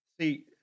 See